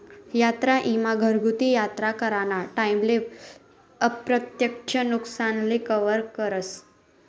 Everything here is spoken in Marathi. यात्रा ईमा घरगुती यात्रा कराना टाईमले अप्रत्यक्ष नुकसानले कवर करस